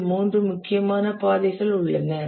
இங்கு மூன்று முக்கியமான பாதைகள் உள்ளன